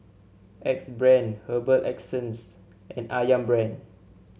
Axe Brand Herbal Essences and ayam Brand